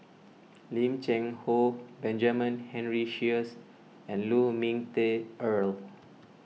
Lim Cheng Hoe Benjamin Henry Sheares and Lu Ming Teh Earl